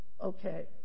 okay